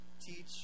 Teach